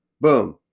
Boom